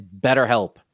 BetterHelp